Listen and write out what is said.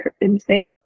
insane